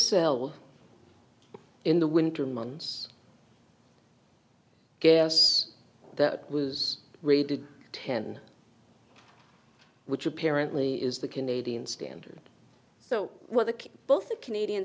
sell in the winter months gas that was read to ten which apparently is the canadian standard so what the both the canadian